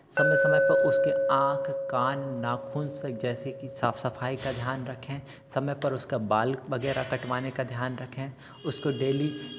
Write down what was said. समय समय पर उसके आँख कान नाखून सब जैसे कि साफ सफाई का ध्यान रखें समय पर उसका बाल वगैरह कटवाने का ध्यान रखें उसको डेली